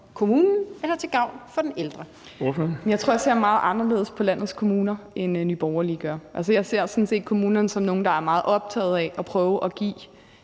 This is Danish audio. Kl. 15:55 Ida Auken (S): Jeg tror, at jeg ser meget anderledes på landets kommuner, end Nye Borgerlige gør. Altså, jeg ser sådan set kommunerne som nogle, der er meget optaget af at prøve at give